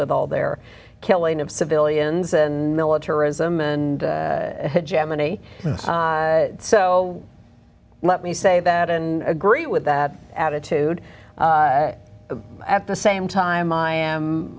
with all their killing of civilians and militarism and gemini and so let me say that and agree with that attitude at the same time i am